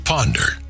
Ponder